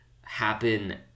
happen